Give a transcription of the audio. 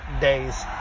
days